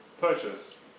purchase